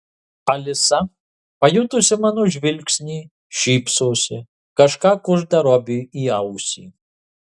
alisa pajutusi mano žvilgsnį šypsosi kažką kužda robiui į ausį